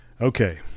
Okay